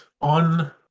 on